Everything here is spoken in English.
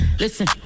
Listen